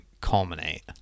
culminate